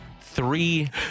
three